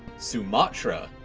sumatra,